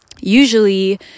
usually